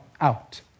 out